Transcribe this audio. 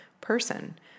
person